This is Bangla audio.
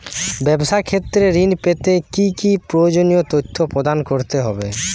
ব্যাবসা ক্ষেত্রে ঋণ পেতে কি কি প্রয়োজনীয় তথ্য প্রদান করতে হবে?